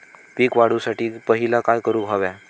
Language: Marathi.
पीक वाढवुसाठी पहिला काय करूक हव्या?